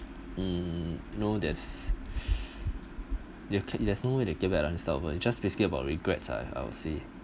hmm no there's you can there's no way to get back and restart over just basically about regrets ah I would say